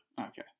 Okay